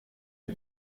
die